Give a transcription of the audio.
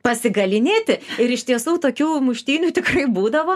pasigalynėti ir iš tiesų tokių muštynių tikrai būdavo